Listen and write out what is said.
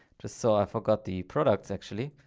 too. so i forgot the product actually.